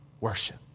worship